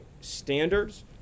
standards